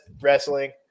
wrestling